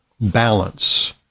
balance